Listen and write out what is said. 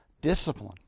discipline